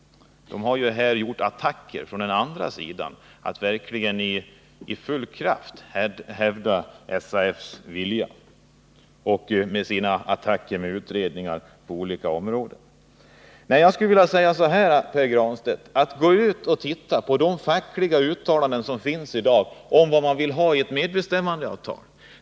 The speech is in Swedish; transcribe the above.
De har ju här attackerat från den andra sidan både genom att med kraft hävda SAF:s vilja och genom att angripa utredningar på olika områden. Jag skulle vilja uppmana Pär Granstedt att läsa de fackliga uttalanden som finns om vad man i dag vill ha med i ett medbestämmandeavtal.